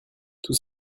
tout